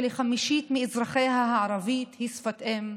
שלחמישית מאזרחיה הערבית היא שפת אם,